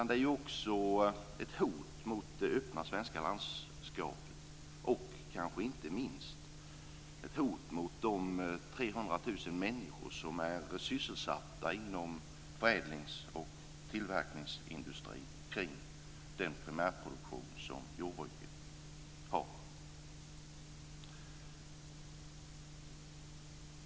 Det är också ett hot mot det öppna svenska landskapet och kanske inte minst ett hot mot de 300 000 människor som är sysselsatta inom förädlings och tillverkningsindustrin kring den primärproduktion som jordbruket har.